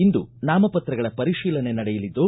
ಇಂದು ನಾಮಪತ್ರಗಳ ಪರಿಶೀಲನೆ ನಡೆಯಲಿದ್ದು